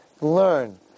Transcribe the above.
Learn